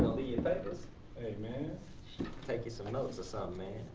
papers? hey man. take you some notes or something